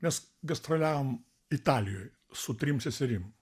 mes gastroliavom italijoj su trim seserim